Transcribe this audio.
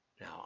Now